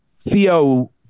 Theo